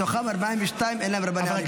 מתוכן 42 אין להן רבני ערים.